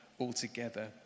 altogether